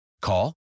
Call